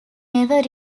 never